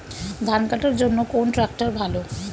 ধান কাটার জন্য কোন ট্রাক্টর ভালো?